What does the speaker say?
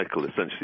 Essentially